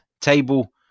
table